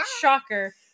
Shocker